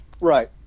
Right